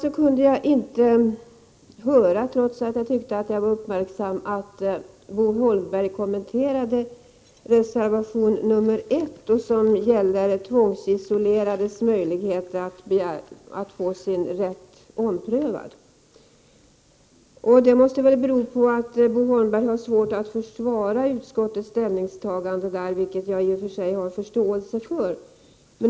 13 december 1988 Trots att jag var uppmärksam, kunde jag inte höra att Bo Holmberg Amos da kommenterade reservation nr 1 som gäller tvångsisolerades möjligheter att få sin rätt omprövad. Det måste väl bero på att Bo Holmberg har svårt att försvara utskottets ställningstagande, vilket jag i och för sig har förståelse för.